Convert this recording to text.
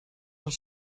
els